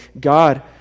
God